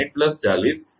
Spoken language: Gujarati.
2 છે